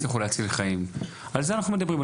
בהם הצליחו להציל חיים ועל זה אנחנו מדברים.